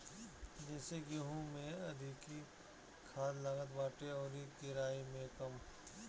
जइसे गेंहू में अधिका खाद लागत बाटे अउरी केराई में कम